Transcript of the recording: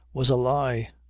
was a lie.